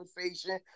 conversation